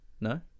no